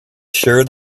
sure